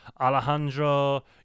Alejandro